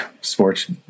sports